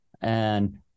and-